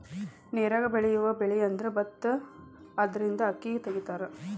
ನೇರಾಗ ಬೆಳಿಯುವ ಬೆಳಿಅಂದ್ರ ಬತ್ತಾ ಅದರಿಂದನ ಅಕ್ಕಿ ತಗಿತಾರ